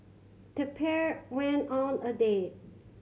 the pair went on a date